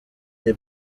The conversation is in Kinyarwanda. the